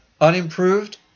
unimproved